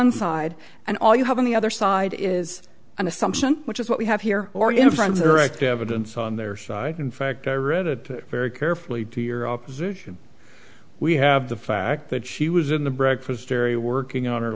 one side and all you have on the other side is an assumption which is what we have here or in front erect evidence on their side in fact i read it very carefully to your opposition we have the fact that she was in the breakfast area working on her